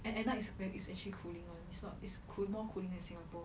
and at night it's very it's actually cooling [one] it's not it's cool more cooling than singapore